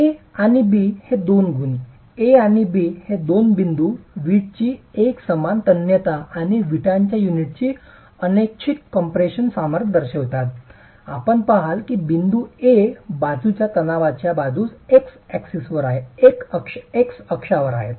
A आणि B हे दोन गुण A आणि B हे दोन बिंदू वीटची एकसमान तन्यता आणि विटांच्या युनिटची अनैच्छिक कॉम्पॅरेसी सामर्थ्य दर्शवितात आपण पहाल की बिंदू A बाजूच्या तणावाच्या बाजूला एक्स अक्षांवर आहे